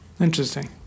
Interesting